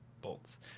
bolts